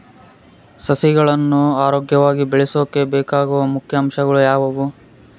ಸಸಿಗಳನ್ನು ಆರೋಗ್ಯವಾಗಿ ಬೆಳಸೊಕೆ ಬೇಕಾಗುವ ಮುಖ್ಯ ಅಂಶಗಳು ಯಾವವು?